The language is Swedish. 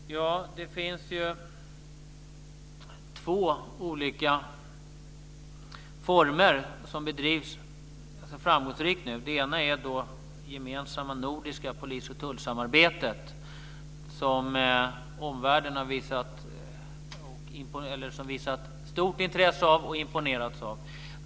Fru talman! Det finns ju två olika former som är framgångsrika. Det ena är det gemensamma nordiska polis och tullsamarbetet, som omvärlden visat stort intresse för och imponerats av.